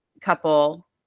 couple